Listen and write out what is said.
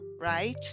right